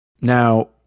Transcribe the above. now